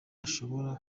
ashobora